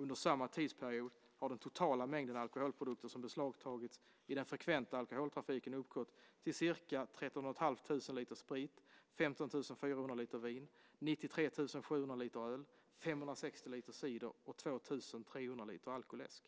Under samma tidsperiod har den totala mängden alkoholprodukter som beslagtagits i den frekventa alkoholtrafiken uppgått till ca 13 500 liter sprit, 15 400 liter vin, 93 700 liter öl, 560 liter cider och 2 300 liter alkoläsk.